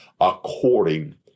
according